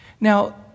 Now